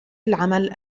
العمل